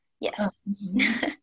Yes